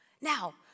Now